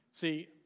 See